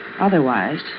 Otherwise